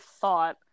thought